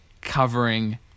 covering